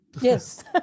yes